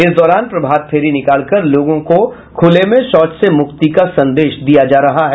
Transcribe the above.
इस दौरान प्रभातफेरी निकाल कर लोगों को खुले में शौच से मुक्ति का संदेश दिया जा रहा है